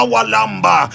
Walamba